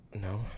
No